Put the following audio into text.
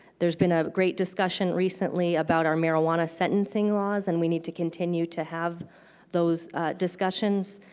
there's been a great discussion recently about our marijuana sentencing laws. and we need to continue to have those discussions.